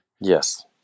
Yes